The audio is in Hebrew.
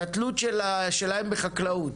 את התלות שלהם בחקלאות.